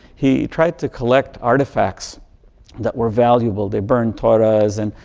he tried to collect artifacts that were valuable, they burned torah's and,